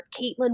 Caitlin